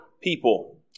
people